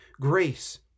grace